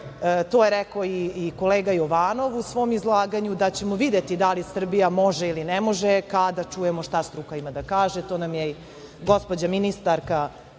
To je rekao i kolega Jovanov u svom izlaganju da ćemo videti da li Srbija može ili ne može, a kada vidimo šta struka ima da kaže. To nam je i gospođa ministarka